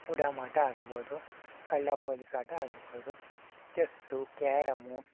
ಉಡಾಮಾಟ ಆಗಿರ್ಬೋದು ಕಳ್ಳ ಪೋಲಿಸ್ ಆಟ ಆಗಿರ್ಬೋದು ಚೆಸ್ಸು ಕೇರಮ್ಮು